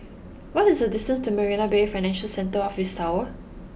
what is the distance to Marina Bay Financial Centre Office Tower